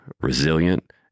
resilient